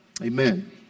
amen